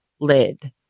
lid